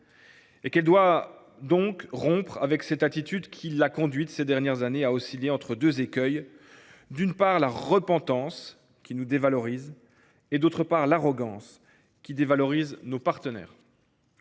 et qu’elle doit donc rompre avec cette attitude qui l’a conduite ces dernières années à osciller entre deux écueils : d’une part, la repentance, qui nous dévalorise ; de l’autre, l’arrogance, qui dévalorise nos partenaires.